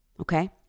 Okay